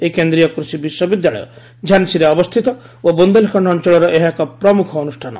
ଏହି କେନ୍ଦ୍ରୀୟ କୃଷି ବିଶ୍ୱବିଦ୍ୟାଳୟ ଝାନ୍ସୀରେ ଅବସ୍ଥିତ ଓ ବୁନ୍ଦେଲଖଣ୍ଡ ଅଞ୍ଚଳର ଏହା ଏକ ପ୍ରମୁଖ ଅନୁଷାନ